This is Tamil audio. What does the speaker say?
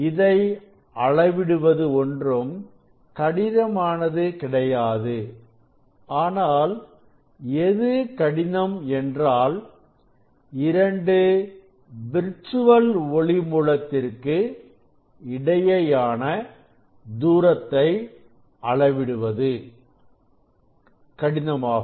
இதை அளவிடுவது ஒன்றும் கடினமானது கிடையாது ஆனால் எது கடினம் என்றால் இரண்டு விர்சுவல் ஒளி மூலத்திற்கு இடையேயான தூரத்தை அளவிடுவது கடினமானதாகும்